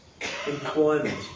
employment